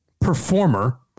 performer